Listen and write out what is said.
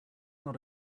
not